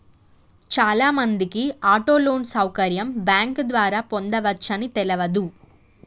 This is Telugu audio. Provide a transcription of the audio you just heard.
చాలామందికి ఆటో లోన్ సౌకర్యం బ్యాంకు ద్వారా పొందవచ్చని తెలవదు